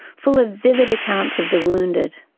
full of vivid accounts of the wounded.